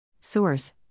Source